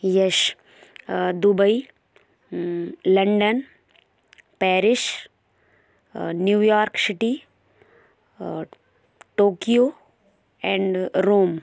Yash Dubai London Paris New York city Tokyo and Rome